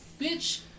Bitch